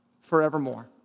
forevermore